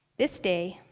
this day,